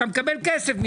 אתה מקבל ממני כסף.